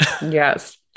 Yes